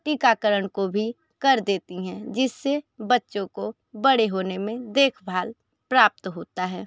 टीकाकरण को भी कर देती हैं जिससे बच्चों को बड़े होने में देखभाल प्राप्त होता है